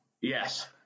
Yes